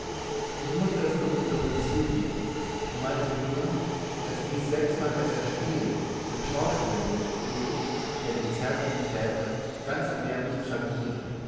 ich mußte das notgedrungen zugeben und meinte nur daß dies sechsmal besser spielen dem schauspieler not tue der die zärtlichen väter ganz erbärmlich tragiere